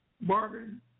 bargain